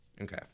Okay